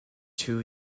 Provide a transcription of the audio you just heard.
two